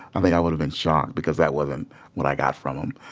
and think i would have been shocked because that wasn't what i got from him.